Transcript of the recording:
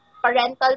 Parental